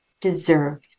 deserve